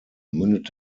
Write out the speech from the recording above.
mündet